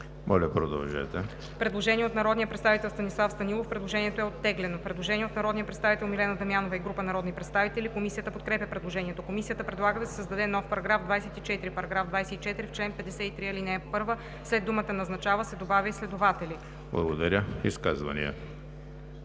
го атестира.“ Предложение от народния представител Станислав Станилов. Предложението е оттеглено. Предложение от народния представител Милена Дамянова и група народни представители. Комисията подкрепя предложението. Комисията предлага да се създаде нов § 24: „§ 24. В чл. 53, ал. 1 след думата „назначава“ се добавя „изследователи,“.“